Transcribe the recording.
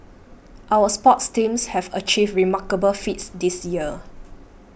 our sports teams have achieved remarkable feats this year